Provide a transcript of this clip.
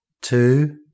two